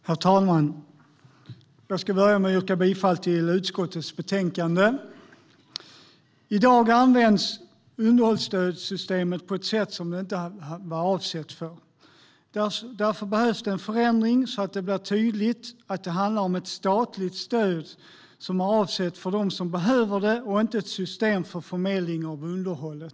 Herr talman! Jag ska börja med att yrka bifall till förslaget i utskottets betänkande. I dag används underhållsstödssystemet på ett sätt som inte var avsett. Därför behövs en förändring så att det blir tydligt att det handlar om ett statligt stöd som är avsett för dem som behöver det och inte ett system för förmedling av underhåll.